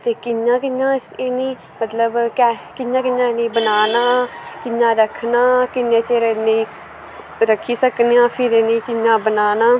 ते कियां कियां मतलव कियां कियां इनें बनाना कियां रक्खना किन्ना चिर इनें रक्खी सकने आं फिर इनें कियां बनाना